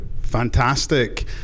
Fantastic